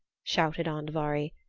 shouted andvari.